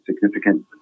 significant